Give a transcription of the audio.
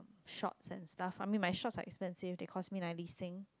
shorts and stuff I mean my shorts are expensive they cost me ninety sing